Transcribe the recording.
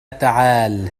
تعال